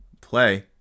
Play